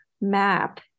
map